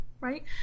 Right